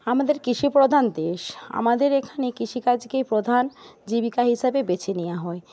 আমাদের কৃষি প্রধান দেশ আমাদের এখানে কৃষিকাজকেই প্রধান জীবিকা হিসাবে বেছে নেওয়া হয়